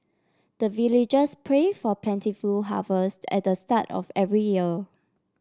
the villagers pray for plentiful harvest at the start of every year